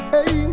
Hey